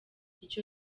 icyo